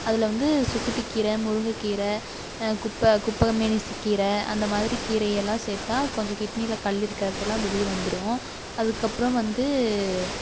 அதில் வந்து சுக்குட்டி கீரை முருங்கை கீரை குப்பை குப்பைமேனி கீரை அந்த மாதிரி கீரையெல்லாம் சேர்த்தா கொஞ்சம் கிட்னியில் கல் இருக்கிறதெல்லாம் வெளியே வந்துடும் அதுக்கப்புறம் வந்து